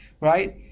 right